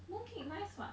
mooncake nice [what]